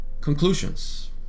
Conclusions